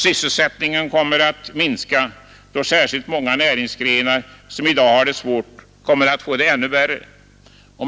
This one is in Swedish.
Sysselsättningen kommer att minska, då särskilt många näringsgrenar som i dag har det svårt kommer att få det ännu värre.